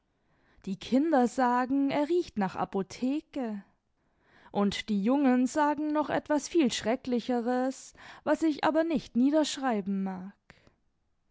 die kinder sagen er riecht nach apotheke und die jungen sagen noch etwas viel schrecklicheres was ich aber nicht niederschreiben mag